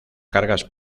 cargas